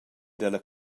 dalla